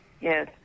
Yes